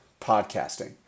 podcasting